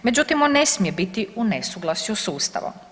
Međutim, on ne smije biti u nesuglasju s Ustavom.